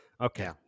okay